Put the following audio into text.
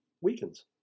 weakens